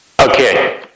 Okay